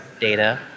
data